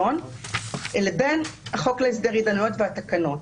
לבין החוק להסדר התדיינויות והתקנות.